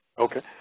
Okay